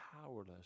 powerless